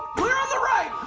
clear on the right.